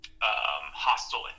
Hostile